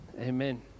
Amen